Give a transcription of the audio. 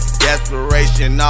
desperation